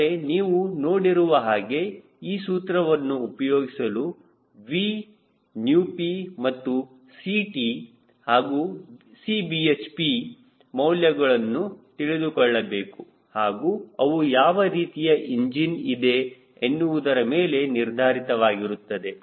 ಆದರೆ ನೀವು ನೋಡಿರುವ ಹಾಗೆ ಈ ಸೂತ್ರವನ್ನು ಉಪಯೋಗಿಸಲು V ηp ಮತ್ತುCt ಹಾಗೂ Cbhp ಮೌಲ್ಯಗಳನ್ನು ತಿಳಿದುಕೊಳ್ಳಬೇಕು ಹಾಗೂ ಅವು ಯಾವ ರೀತಿಯ ಇಂಜಿನ್ ಇದೆ ಎನ್ನುವುದರ ಮೇಲೆ ನಿರ್ಧಾರಿತವಾಗಿರುತ್ತದೆ